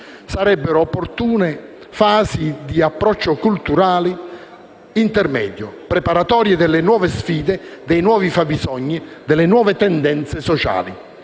Sarebbero opportune fasi di approccio culturale intermedio, preparatorie delle nuove sfide, e dei nuovi bisogni e tendenze sociali: